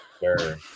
Sure